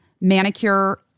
manicure